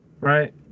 right